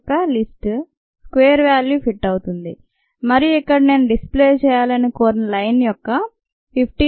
9879 యొక్క list square value fit అవుతుంది మరియు ఇక్కడ నేను డిస్ ప్లే చేయాలని కోరిన లైన్ యొక్క 58